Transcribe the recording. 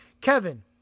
Kevin